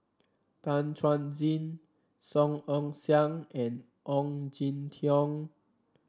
Tan Chuan Jin Song Ong Siang and Ong Jin Teong